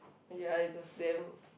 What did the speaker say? ya it was damn